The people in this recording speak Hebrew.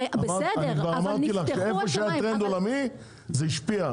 איפה שהיה טרנד עולמי זה השפיע,